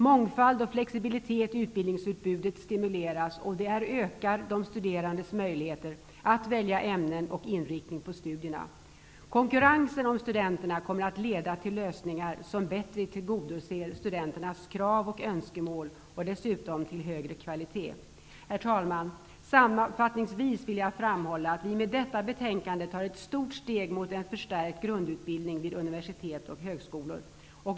Mångfald och flexibilitet i utbildningsutbudet stimuleras, och detta ökar de studerandes möjligheter att välja ämnen och inriktning på studierna. Konkurrensen om studenterna kommer att leda till lösningar som bättre tillgodoser studenternas krav och önskemål och dessutom till högre kvalitet. Herr talman! Sammanfattningsvis vill jag framhålla att vi med detta betänkande tar ett stort steg mot en förstärkt grundutbildning vid universitet och högskolor.